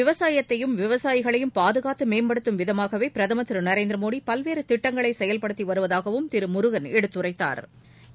விவசாயத்தையும் விவசாயிகளையும் பாதுகாத்து மேம்படுத்தும் விதமாகவே பிரதம் திரு நரேந்திர மோடி பல்வேறு திட்டங்களை செயல்படுத்தி வருவதாகவும் திரு முருகன் எடுத்துரைத்தாா்